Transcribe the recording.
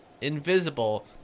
invisible